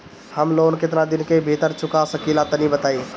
हम लोन केतना दिन के भीतर चुका सकिला तनि बताईं?